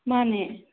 ꯃꯥꯅꯦ